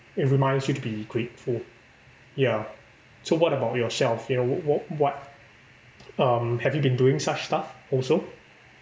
it reminds you to be grateful ya so what about yourself you know what what um have you been doing such stuff also